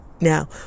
Now